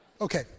Okay